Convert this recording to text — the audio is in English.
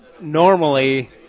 Normally